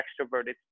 extroverted